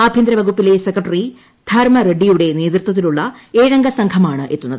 ആഭ്യന്തരവകുപ്പിലെ secretary Dharma റെഡ്സിയുടെ നേതൃത്വത്തിലുള്ള ഏഴംഗ സംഘമാണ് എത്തുന്നത്